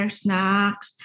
snacks